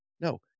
No